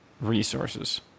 resources